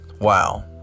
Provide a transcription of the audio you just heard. wow